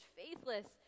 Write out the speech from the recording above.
faithless